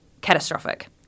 catastrophic